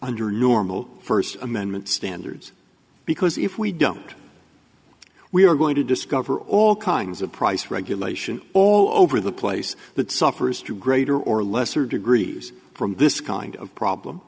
under normal first amendment standards because if we don't we are going to discover all kinds of price regulation all over the place that suffers to greater or lesser degrees from this kind of problem